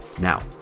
now